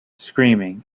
screaming